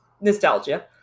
nostalgia